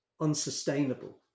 unsustainable